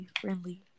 friendly